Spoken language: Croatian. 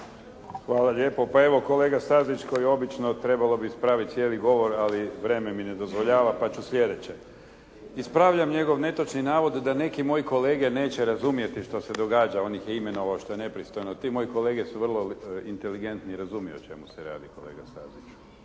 Hvala lijepo. Pa evo, kolega Stazić, kao i obično trebalo bi ispraviti cijeli govor, ali vrijeme mi ne dozvoljava pa ću sljedeće. Ispravljam njegov netočni navod da neki moji kolege neće razumjeti šta se događa, on ih je imenovao što je nepristojno, ti moji kolege su vrlo inteligentni i razumiju o čemu se radi kolega Staziću.